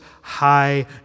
high